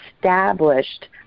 established